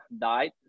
died